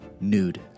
nude